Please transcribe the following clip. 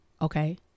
Okay